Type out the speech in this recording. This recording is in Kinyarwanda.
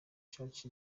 church